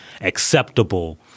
acceptable